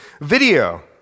video